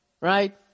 right